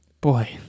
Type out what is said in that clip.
boy